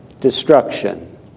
destruction